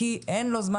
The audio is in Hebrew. כי אין לו זמן,